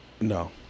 No